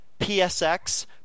PSX